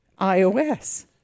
iOS